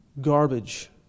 garbage